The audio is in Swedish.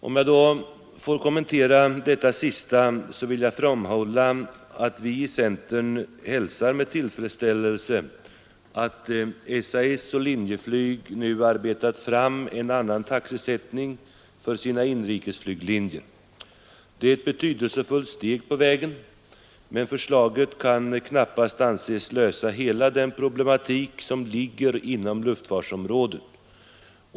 Om jag får kommentera detta sista, vill jag framhålla att vi i centern hälsar med tillfredsställelse att SAS och Linjeflyg nu arbetat fram en annan taxesättning för sina inrikesflyglinjer. Det är ett betydelsefullt steg på vägen, men förslaget kan knappast anses lösa hela den problematik som ligger inom luftfartsområdet.